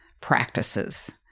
practices